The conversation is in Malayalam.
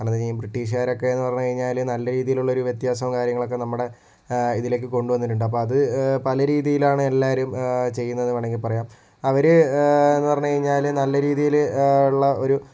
ബ്രിട്ടീഷുകാരൊക്കെ എന്ന് പറഞ്ഞ് കഴിഞ്ഞാല് നല്ല രീതിയിലുള്ള ഒരു വ്യത്യാസവും കാര്യങ്ങളൊക്കെ നമ്മുടെ ഇതിലേക്ക് കൊണ്ടുവന്നിട്ടുണ്ട് അപ്പോൾ അത് പല രീതിയിലാണ് എല്ലാവരും ചെയ്യുന്നത് വേണമെങ്കിൽ പറയാം അവര് എന്ന് പറഞ്ഞു കഴിഞ്ഞാൽ നല്ല രീതിയില് ഉള്ള ഒരു